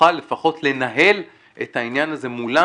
נוכל לפחות לנהל את העניין הזה מולם